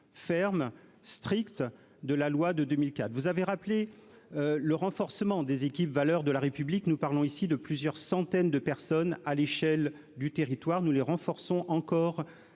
ferme stricte de la loi de 2004, vous avez rappelé le renforcement des équipes valeurs de la République, nous parlons ici de plusieurs centaines de personnes à l'échelle du territoire nous les renforçons encore